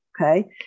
Okay